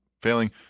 failing